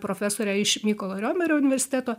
profesorę iš mykolo riomerio universiteto